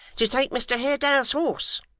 to take mr haredale's horse